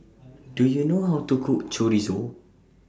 Do YOU know How to Cook Chorizo